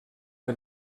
que